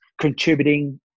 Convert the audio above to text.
contributing